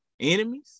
Enemies